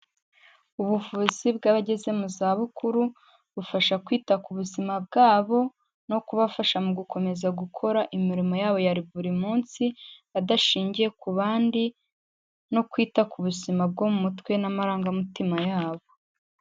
Ubuvuzi bw'abageze mu zabukuru, bufasha kwita ku buzima bwabo no kubafasha mu gukomeza gukora imirimo yabo ya buri munsi, badashingiye ku bandi no kwita ku buzima bwo mu mutwe n'amarangamutima yabo.